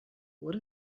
what